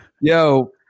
Yo